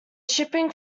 shipping